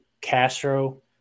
Castro